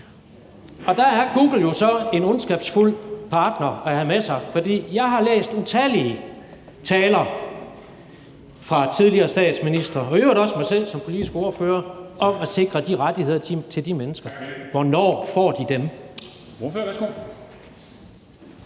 Og der er Google jo så en ondskabsfuld partner at have med sig, for jeg har læst utallige taler fra tidligere statsministre og i øvrigt også fra mig selv som politisk ordfører om at sikre de rettigheder til de mennesker. Hvornår får de dem?